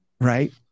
right